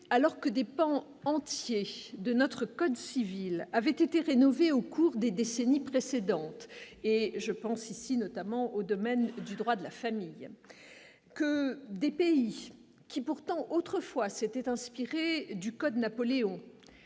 alors que des pans entiers de notre code civil avait été rénové au cours des décennies précédentes et je pense ici notamment au domaine du droit de la famille que des pays qui pourtant autrefois s'était inspirée du code Napoléon,